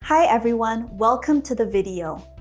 hi, everyone. welcome to the video.